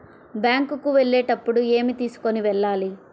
Bank కు వెళ్ళేటప్పుడు ఏమి తీసుకొని వెళ్ళాలి?